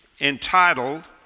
entitled